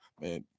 Man